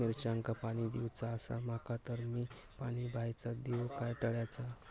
मिरचांका पाणी दिवचा आसा माका तर मी पाणी बायचा दिव काय तळ्याचा?